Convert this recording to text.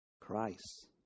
Christ